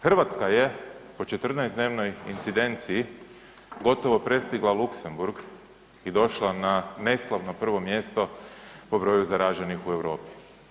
Hrvatska je po četrnaest dnevnoj incidenciji gotovo prestigla Luksemburg i došla na neslavno prvo mjesto po broju zaraženih u Europi.